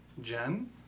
Jen